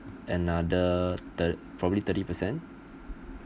another thir~ probably thirty percent